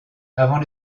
avant